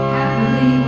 Happily